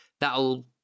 that'll